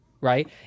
right